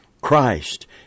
Christ